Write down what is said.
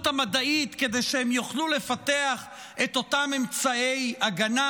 המדעית כדי שיוכלו לפתח את אותם אמצעי הגנה.